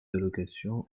allocations